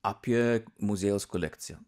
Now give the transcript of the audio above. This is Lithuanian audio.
apie muziejaus kolekciją